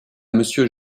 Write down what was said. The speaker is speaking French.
monsieur